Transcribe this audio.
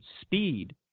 speed